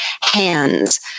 hands